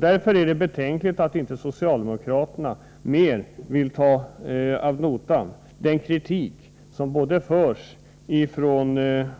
Därför är det betänkligt att inte socialdemokraterna mera velat ta ad notam den kritik som förs från både